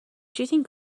cheating